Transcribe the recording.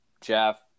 Jeff